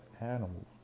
animals